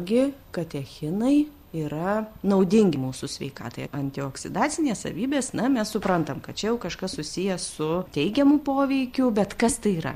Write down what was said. gi katechinai yra naudingi mūsų sveikatai antioksidacinės savybės na mes suprantam kad čia jau kažkas susiję su teigiamu poveikiu bet kas tai yra